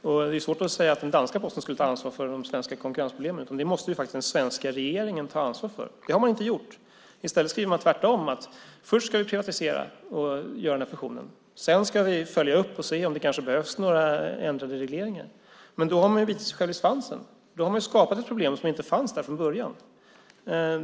Det är ju svårt att säga att den danska Posten skulle ta ansvar för det svenska konkurrensproblemet. Det måste faktiskt den svenska regeringen ta ansvar för. Det har man inte gjort. Tvärtom skriver man att först ska vi privatisera och göra fusionen. Sedan ska vi följa upp och se om det kanske behövs några ändrade regleringar. Men då har man ju bitit sig själv i svansen. Då har man skapat ett problem som inte fanns där från början.